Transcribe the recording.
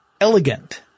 elegant